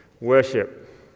worship